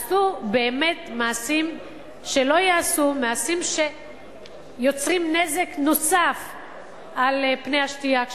עשו מעשים שלא ייעשו - מעשים שיוצרים נזק נוסף על השתייה כשלעצמה,